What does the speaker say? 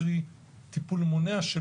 קרי; טיפול מונע,